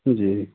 जी